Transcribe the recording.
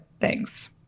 Thanks